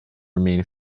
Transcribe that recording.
remain